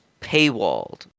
paywalled